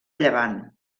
llevant